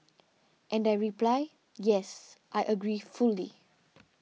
and I reply yes I agree fully